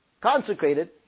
consecrated